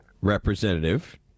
Representative